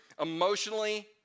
emotionally